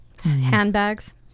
Handbags